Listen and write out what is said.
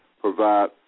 provide